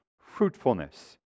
fruitfulness